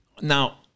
Now